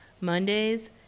Mondays